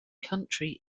country